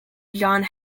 john